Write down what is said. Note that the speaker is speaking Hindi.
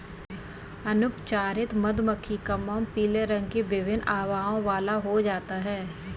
अनुपचारित मधुमक्खी का मोम पीले रंग की विभिन्न आभाओं वाला हो जाता है